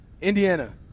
Indiana